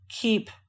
keep